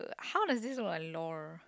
how does this look like lor